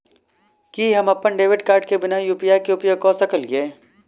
की हम अप्पन debit card केँ बिना यु.पी.आई केँ उपयोग करऽ सकलिये?